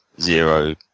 zero